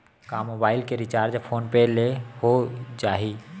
का मोबाइल के recharge PhonePe ले हो जाही?